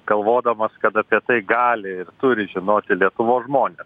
galvodamas kad apie tai gali ir turi žinoti lietuvos žmonės